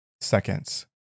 seconds